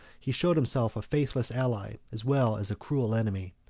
he showed himself a faithless ally, as well as a cruel enemy.